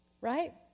right